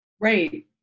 Right